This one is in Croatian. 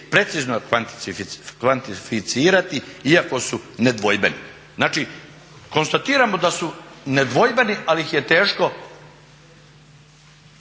precizno kvantificirati iako su nedvojbeni. Znači konstatiramo da su nedvojbeni ali ih je teško